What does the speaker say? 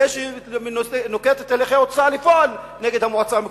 לפני שהיא נוקטת הליכי הוצאה לפועל נגד המועצה המקומית,